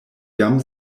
jam